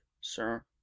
sir